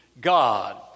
God